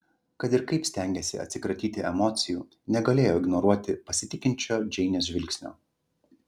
kad ir kaip stengėsi atsikratyti emocijų negalėjo ignoruoti pasitikinčio džeinės žvilgsnio